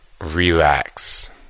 relax